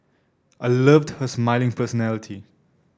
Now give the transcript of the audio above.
I loved her smiling personality